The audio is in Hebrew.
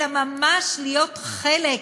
אלא ממש להיות חלק,